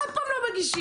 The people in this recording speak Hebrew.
עוד פעם לא מגישים,